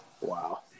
Wow